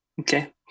Okay